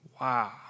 Wow